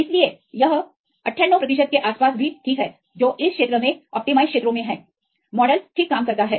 इसलिए यह 98 प्रतिशत के आसपास भी ठीक है जो इस क्षेत्र में अनुमत क्षेत्रों में हैं मॉडल ठीक काम करता है